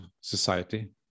society